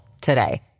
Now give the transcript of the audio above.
today